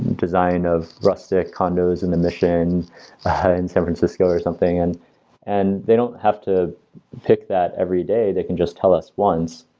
design of rustic condos in the mission ah in san francisco or something, and and they don't have to pick that every day. they can just tell us once